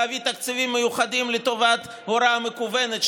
להביא תקציבים מיוחדים לטובת הוראה מקוונת,